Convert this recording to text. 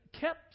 kept